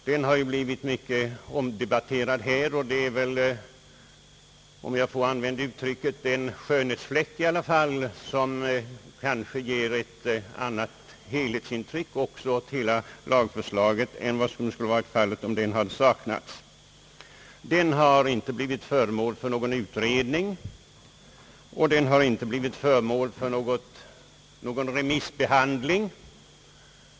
Den har ju blivit mycket omdebatterad här, och den är ändå en skönhetsfläck som ger ett annat helhetsintryck åt lagförslaget än som skulle varit fallet om den saknats. Den har inte blivit föremål för någon utredning, och den har inte blivit föremål för någon remissbehandling.